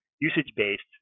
usage-based